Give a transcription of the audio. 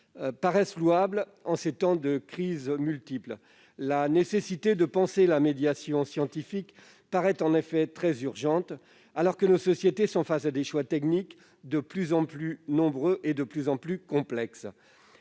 paraissent louables en ces temps de crises multiples. La nécessité de penser la médiation scientifique paraît en effet très urgente, alors que nos sociétés sont face à des choix techniques de plus en plus nombreux et complexes.